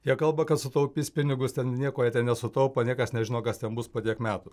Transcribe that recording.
jie kalba kad sutaupys pinigus ten nieko nesutaupo niekas nežino kas ten bus po tiek metų